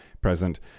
present